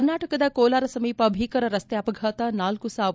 ಕರ್ನಾಟಕದ ಕೋಲಾರ ಸಮೀಪ ಭೀಕರ ರಸ್ತೆ ಅಪಘಾತ ನಾಲ್ಲು ಸಾವು